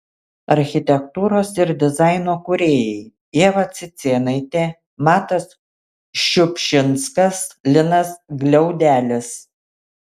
architektūros ir dizaino kūrėjai ieva cicėnaitė matas šiupšinskas linas gliaudelis